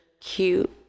cute